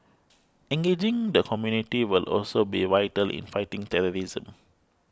engaging the community will also be vital in fighting terrorism